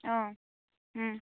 অঁ